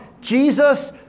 Jesus